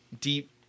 deep